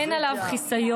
אין עליו חיסיון,